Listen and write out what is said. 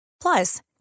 Plus